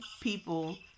people